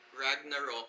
Ragnarok